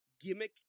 gimmick